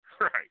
Right